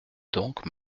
donc